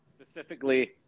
specifically